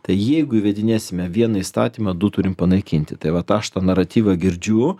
tai jeigu įvedinėsime vieną įstatymą du turim panaikinti tai vat aš tą naratyvą girdžiu